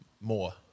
more